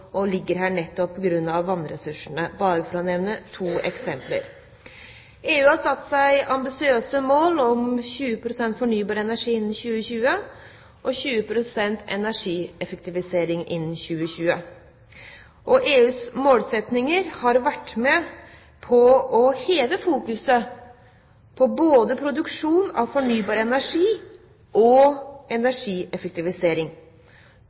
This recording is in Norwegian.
og ligger der nettopp på grunn av vannressursene – bare for å nevne to eksempler. EU har satt seg ambisiøse mål om 20 pst. fornybar energi innen 2020, og 20 pst. energieffektivisering innen 2020. EUs målsettinger har vært med på å øke fokuset både på produksjon av fornybar energi og